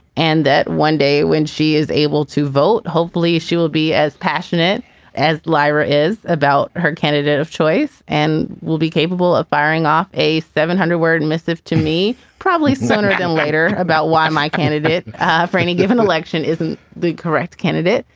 and that one day when she is able to vote, hopefully she will be as passionate as lyra is about her candidate of choice and will be capable of firing off a seven hundred word and missive to me probably sooner than later about why my candidate for any given election isn't the correct candidate.